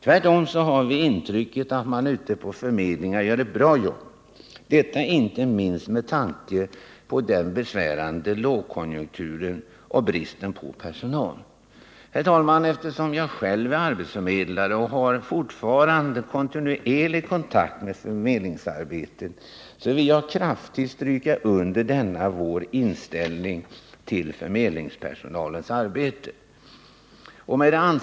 Tvärtom har vi intrycket att man ute på förmedlingarna gör ett bra jobb — detta inte minst med tanke på den besvärande lågkonjunkturen och bristen på personal. Eftersom jag själv är arbetsförmedlare och fortfarande har kontinuerlig kontakt med förmedlingsarbetet vill jag kraftigt stryka under denna vår inställning till förmedlingspersonalens arbete. Herr talman!